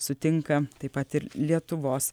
sutinka taip pat ir lietuvos